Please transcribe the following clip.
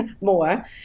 more